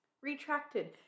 Retracted